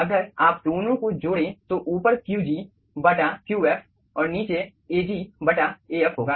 अगर आप दोनों को जोड़ें तो ऊपर qg qf और नीचे Ag Af होगा